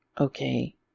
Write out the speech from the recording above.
Okay